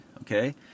okay